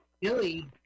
Billy